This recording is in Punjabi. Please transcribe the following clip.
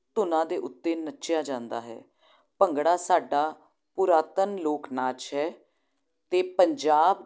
ਧੁਨਾਂ ਦੇ ਉੱਤੇ ਨੱਚਿਆ ਜਾਂਦਾ ਹੈ ਭੰਗੜਾ ਸਾਡਾ ਪੁਰਾਤਨ ਲੋਕ ਨਾਚ ਹੈ ਅਤੇ ਪੰਜਾਬ